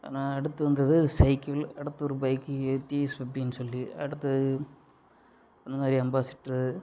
ஆனால் அடுத்து வந்தது சைக்கிள் அடுத்து ஒரு பைக்கு டிவிஎஸ் ஃபிஃப்டின்னு சொல்லி அடுத்து இன்னும் நிறையா அம்பாசிட்டரு